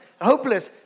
hopeless